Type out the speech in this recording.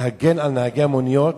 כדי להגן על נהגי המוניות.